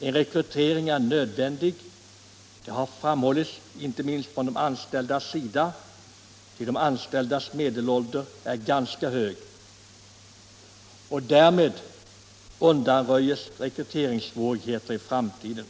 En rekrytering är nödvändig — det har framhållits inte minst från arbetstagarsidan — med hänsyn till att de anställdas medelålder är ganska hög. Därmed undanröjs rekryteringssvårigheter i framtiden.